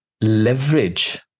leverage